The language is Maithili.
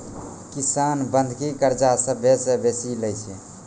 किसान बंधकी कर्जा सभ्भे से बेसी लै छै